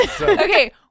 Okay